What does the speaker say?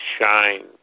shine